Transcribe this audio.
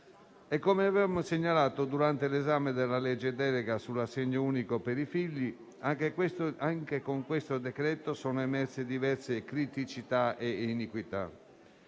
Come avevamo segnalato durante l'esame della legge delega sull'assegno unico per i figli, anche con questo decreto-legge sono emerse diverse criticità e iniquità.